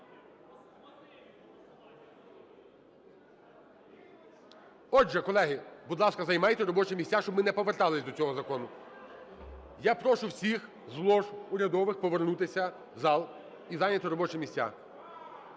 Отже, колеги, будь ласка, займайте робочі місця, щоб ми не поверталися до цього закону. Я прошу всіх з лож урядових повернутися в зал і зайняти робочі місця.